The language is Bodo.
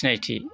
सिनायथि